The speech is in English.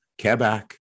Quebec